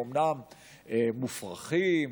אומנם מופרכים,